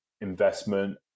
investment